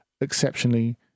exceptionally